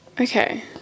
Okay